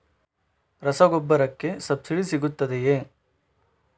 ರಸಗೊಬ್ಬರಕ್ಕೆ ಸಬ್ಸಿಡಿ ಸಿಗುತ್ತದೆಯೇ?